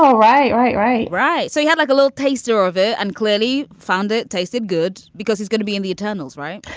so right. right. right. right. so you had like a little taste of it and clearly found it tasted good. because he's going to be in the tunnels, right?